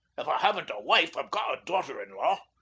if i haven't a wife, i've got a daughter-in-law.